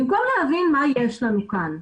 במקום להבין מה יש לה מכאן.